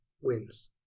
wins